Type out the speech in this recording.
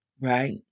right